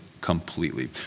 completely